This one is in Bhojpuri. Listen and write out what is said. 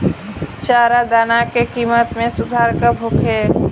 चारा दाना के किमत में सुधार कब होखे?